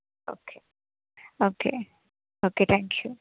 okay okay okay thank you